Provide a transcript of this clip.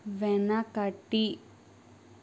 వెనకటి